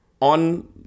on